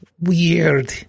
weird